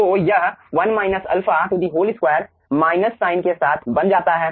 तो यह 1 α 2 minus sine के साथ बन जाता है